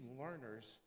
learners